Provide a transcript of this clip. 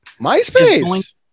MySpace